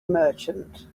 merchant